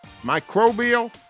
microbial